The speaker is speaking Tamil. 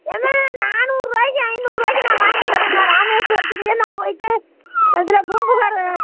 ஏம்மா நானூறுரூவாய்க்கி ஐந்நூறுரூவாய்க்கி நான் வாங்கிட்டு வர்றேம்மா இராமேஸ்வரத்திலேயே நான் போய்விட்டு இதில் பூம்புகார்